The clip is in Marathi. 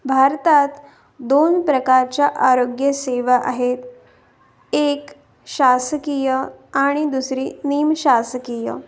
भारतात दोन प्रकारच्या आरोग्य सेवा आहेत एक शासकीय आणि दुसरी निम शासकीय